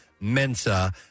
Mensa